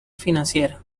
financiera